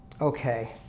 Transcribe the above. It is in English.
Okay